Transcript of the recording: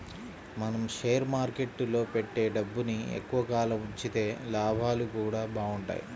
మనం షేర్ మార్కెట్టులో పెట్టే డబ్బుని ఎక్కువ కాలం ఉంచితే లాభాలు గూడా బాగుంటయ్